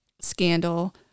scandal